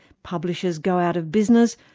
publishers go out of business,